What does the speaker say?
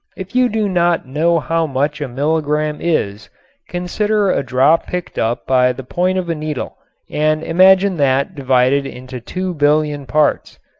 if you do not know how much a milligram is consider a drop picked up by the point of a needle and imagine that divided into two billion parts.